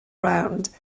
round